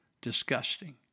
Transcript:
Disgusting